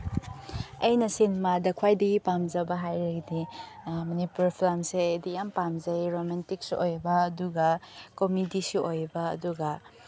ꯑꯩꯅ ꯁꯤꯅꯤꯃꯥꯗ ꯈ꯭ꯋꯥꯏꯗꯒꯤ ꯄꯥꯝꯖꯕ ꯍꯥꯏꯔꯒꯗꯤ ꯃꯅꯤꯄꯨꯔ ꯐꯤꯂꯝꯁꯦ ꯑꯩꯗꯤ ꯌꯥꯝ ꯄꯥꯝꯖꯩꯌꯦ ꯔꯣꯃꯦꯟꯇꯤꯛꯁꯨ ꯑꯣꯏꯕ ꯑꯗꯨꯒ ꯀꯣꯃꯤꯗꯤꯁꯨ ꯑꯣꯏꯕ ꯑꯗꯨꯒ